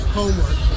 homework